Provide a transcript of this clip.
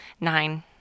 Nine